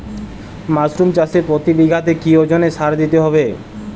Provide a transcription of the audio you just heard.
Mushroom চাষে প্রতি বিঘাতে কি ওজনে সার দিতে হবে?